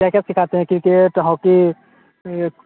क्या क्या सिखाते है क्रिकेट हॉकी यह